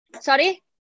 Sorry